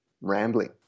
rambling